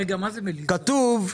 כתוב: